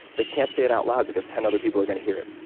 they can't say it out loud because ten other people are going to hear it.